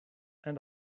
and